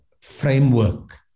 framework